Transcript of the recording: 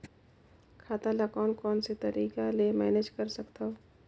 खाता ल कौन कौन से तरीका ले मैनेज कर सकथव?